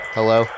Hello